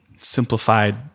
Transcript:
simplified